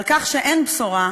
על כך שאין בשורה,